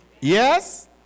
Yes